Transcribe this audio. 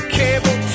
cable